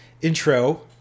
intro